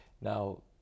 Now